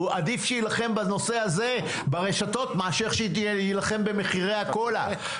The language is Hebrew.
עדיף שיילחם בנושא הזה ברשתות מאשר שילחם במחירי הקולה.